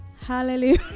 Hallelujah